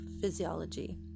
physiology